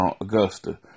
Augusta